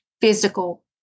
physical